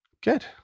Good